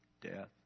death